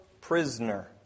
prisoner